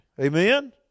Amen